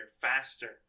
faster